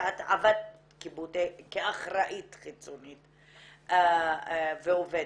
ואת עבדת כאחראית חיצונית ועובדת,